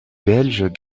belge